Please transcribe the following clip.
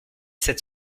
sept